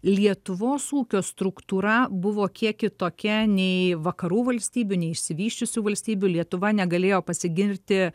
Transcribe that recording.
lietuvos ūkio struktūra buvo kiek kitokia nei vakarų valstybių nei išsivysčiusių valstybių lietuva negalėjo pasigirti